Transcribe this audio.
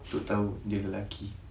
untuk tahu dia lelaki